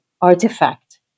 artifact